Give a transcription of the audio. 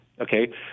Okay